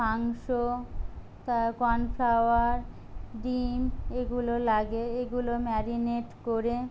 মাংস তার কনফ্লাওয়ার ডিম এগুলো লাগে এগুলো ম্যারিনেট করে